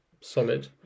solid